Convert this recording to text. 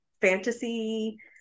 fantasy